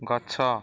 ଗଛ